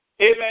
Amen